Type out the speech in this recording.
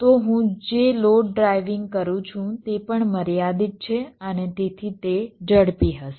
તો હું જે લોડ ડ્રાઇવિંગ કરું છું તે પણ મર્યાદિત છે અને તેથી તે ઝડપી હશે